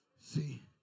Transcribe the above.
See